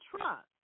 trust